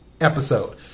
episode